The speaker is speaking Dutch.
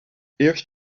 eerst